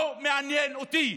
לא מעניין אותי.